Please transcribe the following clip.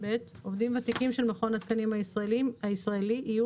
(ב)עובדים ותיקים של מכון התקנים הישראלי יהיו